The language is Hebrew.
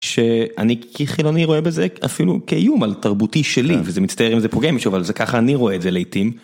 שאני כחילוני רואה בזה אפילו כאיום על תרבותי שלי וזה מצטער אם זה פוגע במישהו אבל זה ככה אני רואה את זה לעתים.